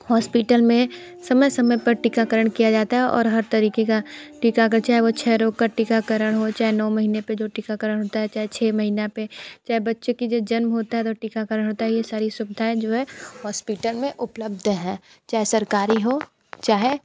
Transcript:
hospital में समय समय पर टीकाकरण किया जाता है और हर तरीक़े का टीकाकर हो चाहे वो छः रोग का टीकाकरण हो चाहे नौ महीने पर जो टीकाकरण होता है चाहे छः महीना पर चाहे बच्चे की जो जन्म होता है तो टीकाकरण होता है ये सारी सुविधाएँ जो है हॉस्पिटल में उपलब्ध हैं चाहे सरकारी हो चाहे